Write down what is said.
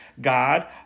God